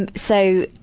and so,